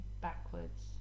backwards